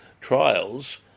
trials